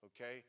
Okay